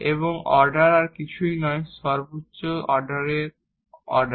এবং অর্ডার আর কিছুই নয় সর্বোচ্চ অর্ডারের অর্ডার